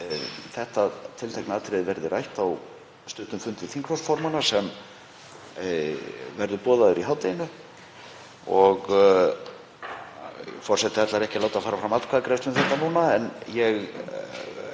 þetta tiltekna atriði verði rætt á stuttum fundi þingflokksformanna sem verður boðaður í hádeginu. Forseti ætlar ekki að láta fara fram atkvæðagreiðslu um þetta núna en ég